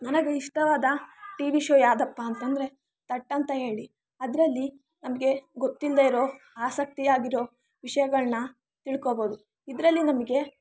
ನನಗೆ ಇಷ್ಟವಾದ T V show ಯಾವುದಪ್ಪಾ ಅಂತಂದ್ರೆ ಥಟ್ ಅಂತ ಹೇಳಿ ಅದರಲ್ಲಿ ನಮಗೆ ಗೊತ್ತಿಲ್ದೆ ಇರೋ ಆಸಕ್ತಿಯಾಗಿರೋ ವಿಷಯಗಳನ್ನ ತಿಳ್ಕೊಬೋದು ಇದರಲ್ಲಿ ನಮಗೆ